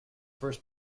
first